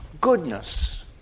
Goodness